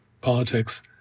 politics